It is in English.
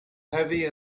heavy